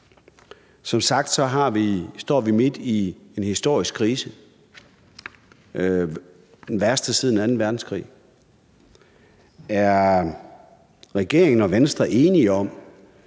Som sagt står vi midt i en historisk krise, den værste siden anden verdenskrig. Er regeringen og Venstre enige om,